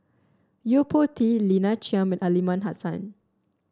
Yo Po Tee Lina Chiam and Aliman Hassan